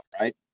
right